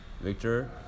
Victor